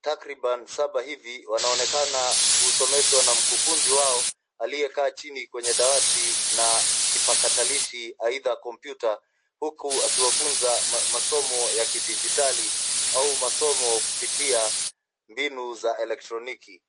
takriban saba hivi, wanaonekana kusomeshwa na mkufunzi wao aliyekaa chini kwenye dawati na kipakatalishi aidha kompyuta, huku akiwafunza masomo ya kidigitali au masomo kupitia mbinu za elektroniki.